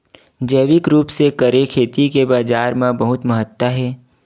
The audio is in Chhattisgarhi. जैविक रूप से करे खेती के बाजार मा बहुत महत्ता हे